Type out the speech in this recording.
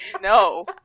no